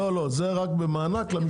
לא, לא, זה רק במענק למשפחות